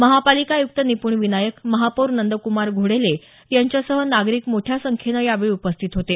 महापालिका आयुक्त निपूण विनायक महापौर नंदक्मार घोडेले यांच्यासह नागरिक मोठ्या संख्येनं यावेळी उपस्थित होते